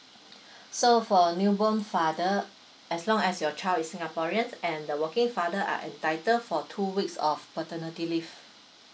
so for a new born father as long as your child is singaporean and the working partner are entitled for two weeks of paternity leave